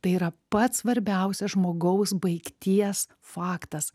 tai yra pats svarbiausias žmogaus baigties faktas